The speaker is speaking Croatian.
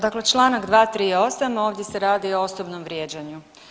Dakle članak 238. ovdje se radi o osobnom vrijeđanju.